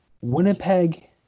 Winnipeg